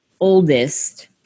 oldest